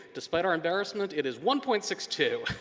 despite our embarassment, it is one point six two.